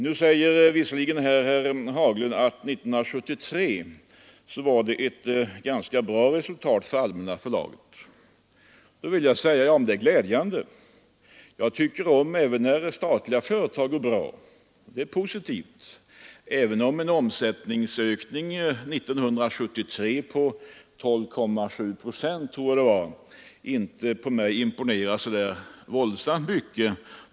Nu säger herr Haglund att 1973 gav ett ganska bra resultat för Allmänna förlaget. Jag vill säga att det är glädjande. Jag noterar med tillfredsställelse att även statliga företag går bra — det är positivt — men en omsättningsökning 1973 på 12,7 procent, imponerar inte på mig så särskilt mycket.